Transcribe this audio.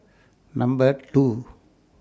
Number two